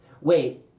Wait